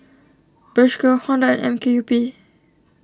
Bershka Honda and M K U P